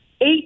eight